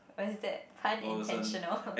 oh is that pun intentional